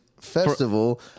festival